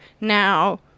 now